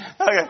Okay